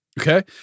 Okay